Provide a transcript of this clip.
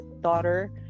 daughter